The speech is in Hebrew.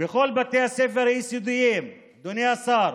בכל בתי הספר היסודיים, אדוני השר,